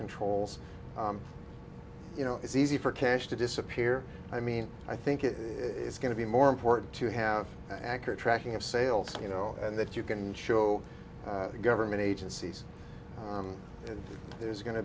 controls you know it's easy for cash to disappear i mean i think it is going to be more important to have an accurate tracking of sales you know and that you can show government agencies there's going to